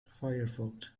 firefox